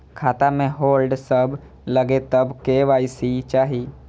खाता में होल्ड सब लगे तब के.वाई.सी चाहि?